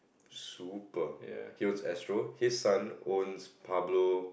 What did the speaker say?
super he owns Astro his son owns Pablo